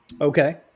okay